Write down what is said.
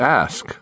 ask